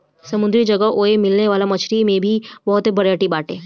समुंदरी जगह ओए मिले वाला मछरी में भी बहुते बरायटी बाटे